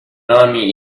army